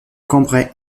cambrai